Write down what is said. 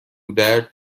درد